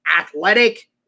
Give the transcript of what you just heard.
athletic